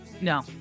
No